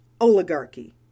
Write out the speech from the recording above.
oligarchy